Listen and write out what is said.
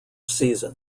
season